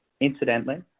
Incidentally